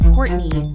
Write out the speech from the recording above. Courtney